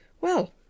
Well